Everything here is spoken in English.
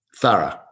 thorough